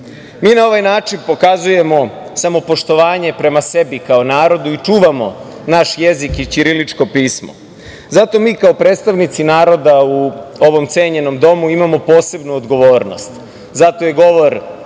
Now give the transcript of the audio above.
na ovaj način pokazujemo samopoštovanje prema sebi kao narodu i čuvamo naš jezik i ćiriličko pismo. Zato mi kao predstavnici naroda u ovom cenjenom domu imamo posebnu odgovornost. Zato je govor